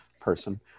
person